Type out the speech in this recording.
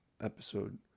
episode